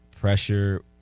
pressure